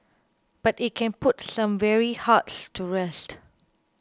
but it can put some weary hearts to rest